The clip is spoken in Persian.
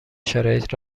شرایط